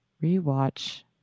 re-watch